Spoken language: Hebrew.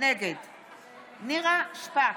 נגד נירה שפק,